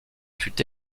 fut